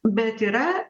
bet yra